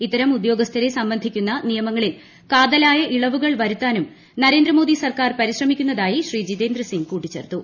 ഇത്തരം ഉദ്യോഗസ്ഥരെ സംബന്ധിക്കുന്ന നിയമങ്ങളിൽ കാതലായ ഇളവുകൾ വരുത്താനും നരേന്ദ്ര മോദി സർക്കാർ പരിശ്രമി ക്കുന്നതിനായി ശ്രീ ജിതേന്ദ്ര സിംഗ് കൂട്ടിച്ചേർത്തു